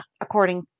According